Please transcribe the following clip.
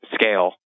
scale